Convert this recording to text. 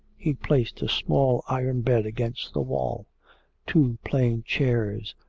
he placed a small iron bed against the wall two plain chairs,